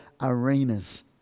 arenas